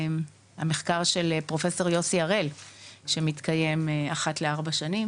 המחקר של פרופסור יוסי הראל שמתקיים אחת לארבע שנים